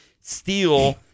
steal